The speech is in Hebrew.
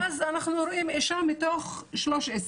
ואז אנחנו רואים אשה אחת מתוך 13,